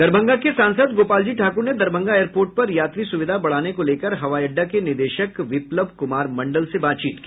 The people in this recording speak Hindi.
दरभंगा के सांसद गोपालजी ठाकुर ने दरभंगा एयरपोर्ट पर यात्री सुविधा बढ़ाने को लेकर हवाई अड्डा के निदेशक बिपलव कुमार मंडल से बातचीत की